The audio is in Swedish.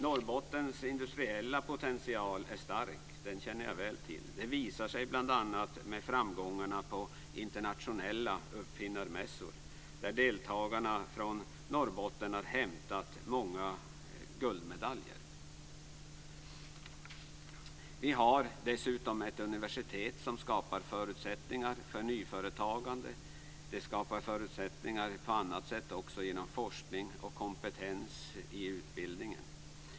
Norrbottens industriella potential är stark och den känner jag väl till. Detta visar sig bl.a. i framgångarna på internationella uppfinnarmässor där deltagarna från Norrbotten har hämtat många guldmedaljer. Dessutom har vi ett universitet som skapar förutsättningar för nyföretagande. Det skapar också förutsättningar på annat sätt genom forskning och kompetens i utbildningen.